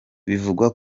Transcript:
bivugwa